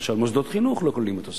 למשל, מוסדות חינוך לא כלולים בתוספת.